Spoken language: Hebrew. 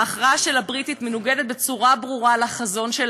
ההכרעה של הבריטים מנוגדת בצורה ברורה לחזון של